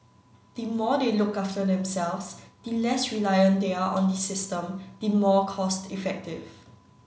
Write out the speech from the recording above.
the more they look after themselves the less reliant they are on the system the more cost effective